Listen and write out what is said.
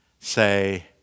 say